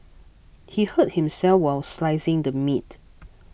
he hurt himself while slicing the meat